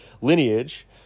lineage